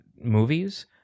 Movies